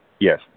Yes